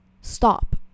stop